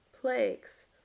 plagues